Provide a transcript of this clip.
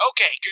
Okay